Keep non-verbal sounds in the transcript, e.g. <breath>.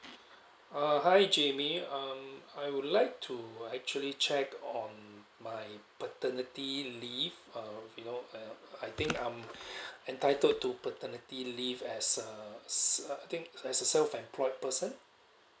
uh hi jamie um I would like to actually check on my paternity leave uh you know uh I think I'm <breath> entitled to paternity leave as a s~ uh I think as a self employed person